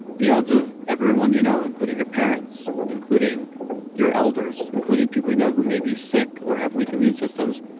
the odds of everyone you know, including your parents, including your elders, including people you know, who may be sick or have weak immune systems,